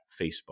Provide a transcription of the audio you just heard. Facebook